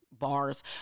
Bars